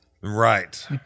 Right